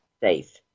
safe